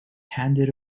handed